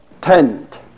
tent